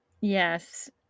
Yes